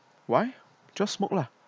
why just smoke lah